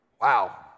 Wow